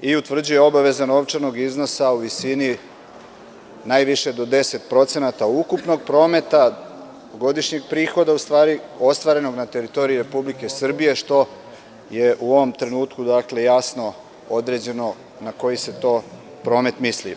i utvrđuje obaveza novčanog iznosa u visini najviše do 10% ukupnog prometa, u stvari, godišnjeg prihoda ostvarenog na teritoriji Republike Srbije, što je u ovom trenutku jasno određeno na koji se promet misli.